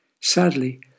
Sadly